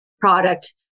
product